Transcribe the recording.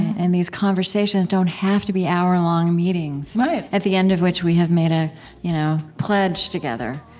and these conversations don't have to be hourlong meetings, at the end of which we have made a you know pledge together.